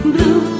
Blue